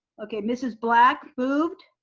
okay, mrs. black moved.